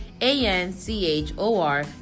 A-N-C-H-O-R